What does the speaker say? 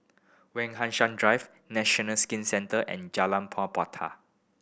Wak Hassan Drive National Skin Centre and Jalan Po Puteh